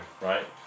right